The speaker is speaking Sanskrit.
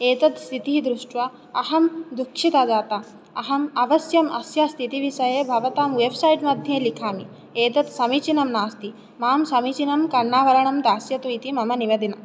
एतत् स्थितिः दृष्ट्वा अहं दुःखिता जाता अहम् अवश्यम् अस्या स्थितिविषये भवतां वेब्सैट् मध्ये लिखामि एतत् समीचीनं नास्ति मां समीचीनं कर्णाभरणं दास्यतु इति मम निवेदनम्